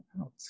out